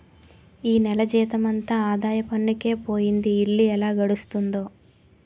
ఈ నెల జీతమంతా ఆదాయ పన్నుకే పోయింది ఇల్లు ఎలా గడుస్తుందో